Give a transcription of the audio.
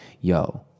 Yo